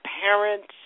parents